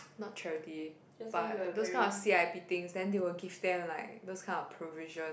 not charity but those kinds of c_i_p thing then they will give them like those kinds of provision